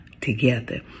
together